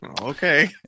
Okay